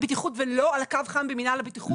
הבטיחות ולא על הקו חן במינהל הבטיחות?